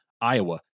Iowa